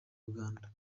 uganda